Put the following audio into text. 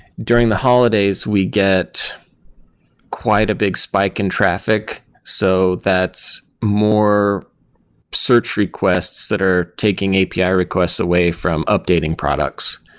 during the holidays, we get quite a big spike in traffic. so that's more search requests that are taking api ah requests away from updating products.